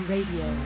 Radio